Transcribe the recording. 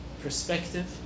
perspective